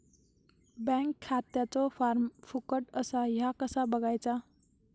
Bank खात्याचो form फुकट असा ह्या कसा बगायचा?